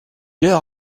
leur